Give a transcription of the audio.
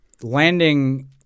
landing